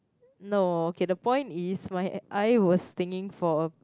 no okay the point is my eye was stinging for